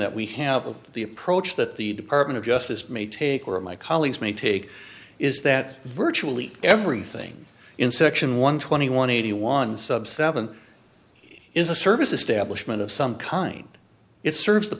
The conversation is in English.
that we have of the approach that the department of justice may take or my colleagues may take is that virtually everything in section one twenty one eighty one sub seven is a service establishment of some kind it serves the